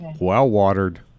well-watered